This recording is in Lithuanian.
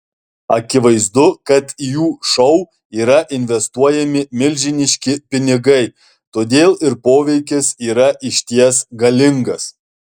akivaizdu kad į jų šou yra investuojami milžiniški pinigai todėl ir poveikis yra išties galingas